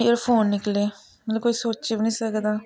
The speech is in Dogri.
एयरफोन निकले मतलब कोई सोची बी नी सकदा